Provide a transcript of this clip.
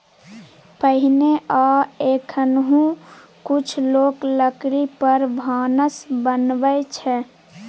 पहिने आ एखनहुँ कुछ लोक लकड़ी पर भानस बनबै छै